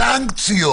סנקציות.